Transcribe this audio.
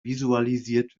visualisiert